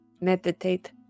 meditate